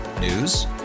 News